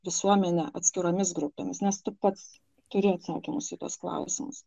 visuomene atskiromis grupėmis nes tu pats turi atsakymus į tuos klausimus